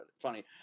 funny